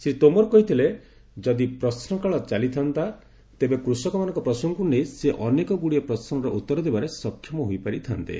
ଶ୍ରୀ ତୋମାର କହିଥିଲେ ଯଦି ପ୍ରଶ୍ନକାଳ ଚାଲିଥାଆନ୍ତା ତେବେ କୃଷକମାନଙ୍କ ପ୍ରସଙ୍ଗକୁ ନେଇ ସେ ଅନେକଗୁଡିଏ ପ୍ରଶ୍ୱର ଉତ୍ତରଦେବାରେ ସକ୍ଷମ ହୋଇପାରି ଥାଆନ୍ତେ